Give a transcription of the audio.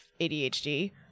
adhd